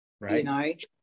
right